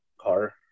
car